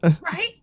Right